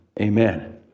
amen